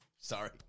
Sorry